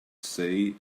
say